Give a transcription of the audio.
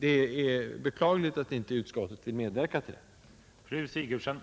Det är beklagligt att inte utskottet vill medverka till detta.